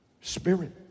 spirit